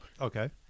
Okay